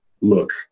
look